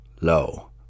low